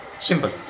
Simple